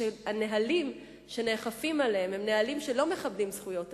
וכשהנהלים שנאכפים עליהם הם נהלים שלא מכבדים את זכויות האדם,